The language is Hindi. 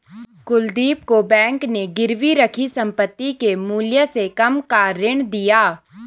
कुलदीप को बैंक ने गिरवी रखी संपत्ति के मूल्य से कम का ऋण दिया